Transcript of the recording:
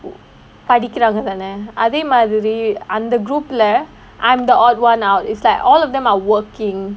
படிக்கிறவங்க தான அதேமாதிரி அந்த:padikkiravanga thaana athae maathiri antha group leh I'm the odd [one] out it's like all of them are working